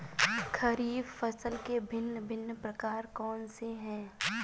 खरीब फसल के भिन भिन प्रकार कौन से हैं?